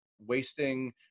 wasting